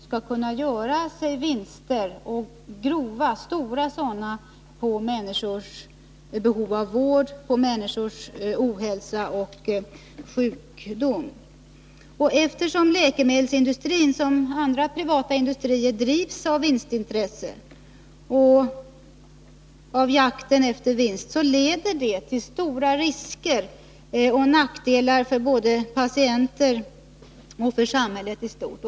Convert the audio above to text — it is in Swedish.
skall kunna göra sig grova vinster på människors ohälsa, sjukdom och behov av vård. Det förhållandet att läkemedelsindustrin, liksom andra privata industrier, drivs av jakten efter vinst leder till stora risker och nackdelar både för patienter och för samhället i stort.